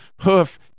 hoof